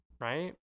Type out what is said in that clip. right